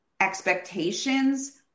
expectations